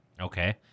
Okay